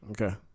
Okay